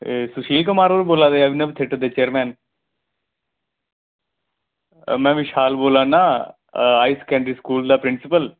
एह् सुशील कुमार होर बोलै दे अभिनव थिएटर दे चियरमैन मैं विशाल बोलै ना हाई सकैंडरी स्कूल दा प्रिंसीपल